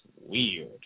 weird